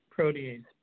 Protease